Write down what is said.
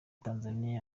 tanzania